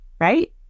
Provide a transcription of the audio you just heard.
right